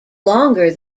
longer